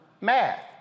math